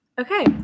Okay